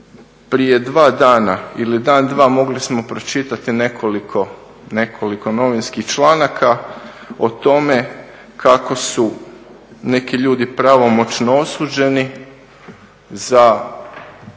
prije dva dana ili dan, dva mogli smo pročitati nekoliko novinskih članaka o tome kako su neki ljudi pravomoćno osuđeni za,